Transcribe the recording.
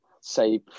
say